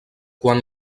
quan